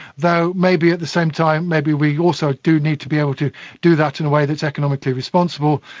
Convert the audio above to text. though maybe at the same time maybe we also do need to be able to do that in a way that is economically responsible.